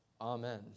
Amen